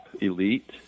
Elite